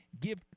give